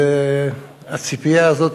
והציפייה הזאת